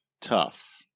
tough